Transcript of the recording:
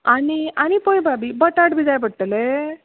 आनी आनी पळय भाभी बटाट बी जाय पडटले